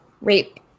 rape